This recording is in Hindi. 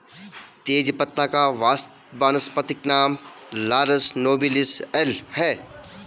तेजपत्ता का वानस्पतिक नाम लॉरस नोबिलिस एल है